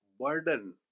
burden